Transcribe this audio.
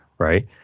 Right